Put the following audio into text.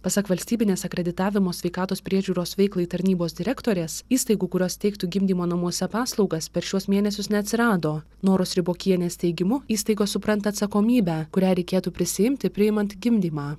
pasak valstybinės akreditavimo sveikatos priežiūros veiklai tarnybos direktorės įstaigų kurios teiktų gimdymo namuose paslaugas per šiuos mėnesius neatsirado noros ribokienės teigimu įstaigos supranta atsakomybę kurią reikėtų prisiimti priimant gimdymą